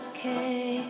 Okay